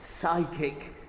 psychic